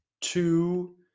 two